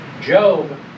Job